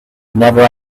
never